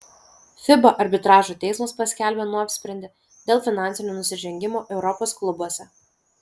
fiba arbitražo teismas paskelbė nuosprendį dėl finansinių nusižengimų europos klubuose